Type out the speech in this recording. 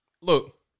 look